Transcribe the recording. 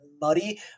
muddy